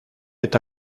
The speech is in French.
est